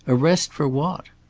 arrest! for what?